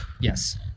Yes